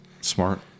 Smart